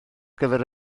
gyfer